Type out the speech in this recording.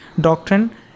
doctrine